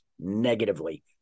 negatively